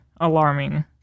alarming